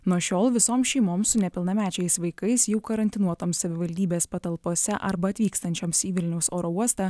nuo šiol visoms šeimoms su nepilnamečiais vaikais jų karantinuotoms savivaldybės patalpose arba atvykstančioms į vilniaus oro uostą